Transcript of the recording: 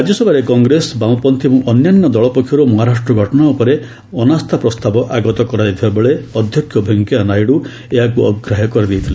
ରାଜ୍ୟସଭାରେ କଂଗ୍ରେସ ବାମପନ୍ତ୍ରୀ ଏବଂ ଅନ୍ୟାନ୍ୟ ଦଳ ପକ୍ଷରୁ ମହାରାଷ୍ଟ୍ର ଘଟଣା ଉପରେ ଅନାସ୍ଥା ପ୍ରସ୍ତାବ ଆଗତ କରାଯାଇଥିବାବେଳେ ଅଧ୍ୟକ୍ଷ ଭେଙ୍କିଆ ନାଇଡ଼ ଏହାକୁ ଅଗ୍ରାହ୍ୟ କରିଦେଇଥିଲେ